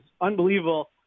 unbelievable